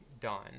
done